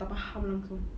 tak faham langsung